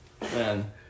Man